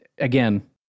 Again